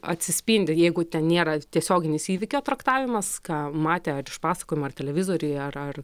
atsispindi jeigu ten nėra tiesioginis įvykio traktavimas ką matė ar iš pasakojimų ar televizoriuj ar ar